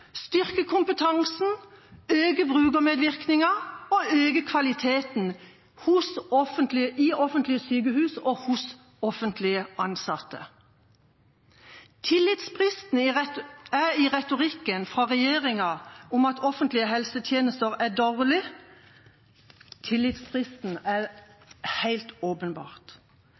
styrke kompetansen, øke brukermedvirkninga og øke kvaliteten i offentlige sykehus og blant offentlig ansatte. Tillitsbristen i retorikken fra regjeringa om at offentlige helsetjenester er dårlige, er